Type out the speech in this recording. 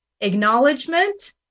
acknowledgement